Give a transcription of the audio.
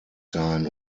sein